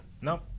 Nope